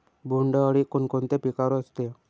बोंडअळी कोणकोणत्या पिकावर असते?